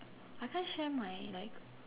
I can't share my like